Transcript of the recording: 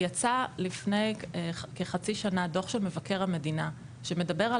יצא לפי כחצי שנה דו"ח של מבקר המדינה שמדבר על